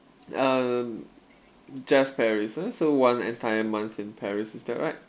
um just paris ah so one entire month in paris is that right